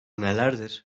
nelerdir